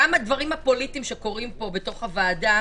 גם הדברים הפוליטיים שקורים פה בוועדה,